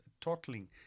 totalling